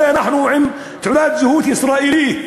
הרי אנחנו עם תעודת זהות ישראלית,